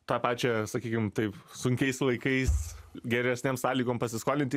tą pačią sakykim taip sunkiais laikais geresnėm sąlygom pasiskolinti